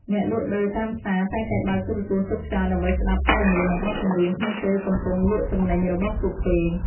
អ្នកលក់ដូរតាមផ្សារតែងតែបើកទូរទស្សន៍ទុកចោល ដើម្បីស្តាប់ព័ត៌មាននិងបទចម្រៀងក្នុងពេលកំពុងលក់ទំនិញរបស់ពួកគេ។